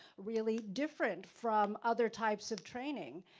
really different from other types of training.